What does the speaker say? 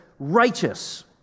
Righteous